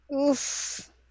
Oof